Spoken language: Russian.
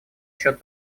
счет